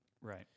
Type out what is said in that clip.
Right